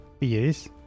Yes